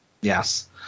Yes